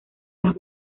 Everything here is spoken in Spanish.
las